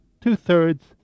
two-thirds